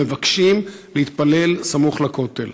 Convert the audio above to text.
מבקשים להתפלל סמוך לכותל.